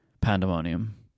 pandemonium